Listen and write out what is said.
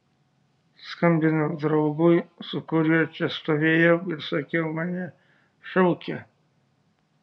skambinau draugui su kuriuo čia stovėjau ir sakiau mane šaukia